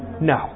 No